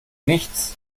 nichts